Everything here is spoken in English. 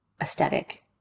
aesthetic